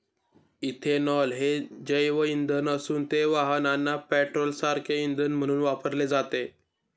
ethanol हे जैवइंधन असून ते वाहनांना पेट्रोलसारखे इंधन म्हणून वापरले जाते